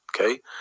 Okay